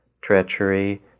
treachery